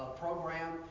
program